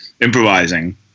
improvising